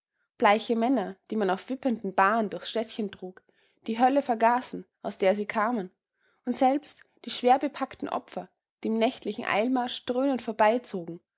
bleiche männer die man auf wippenden bahren durchs städtchen trug die hölle vergaßen aus der sie kamen und selbst die schwerbepackten opfer die im nächtlichen eilmarsch dröhnend vorbeizogen